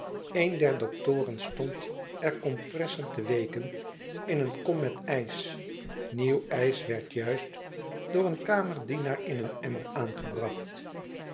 een der doktoren stond er kompressen te weeken in een kom met ijs nieuw ijs werd juist door een kamerdienaar in een emmer aangebracht